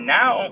now